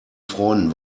freunden